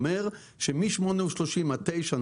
זה אומר שמ-20:300 עד 21:00,